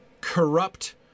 corrupt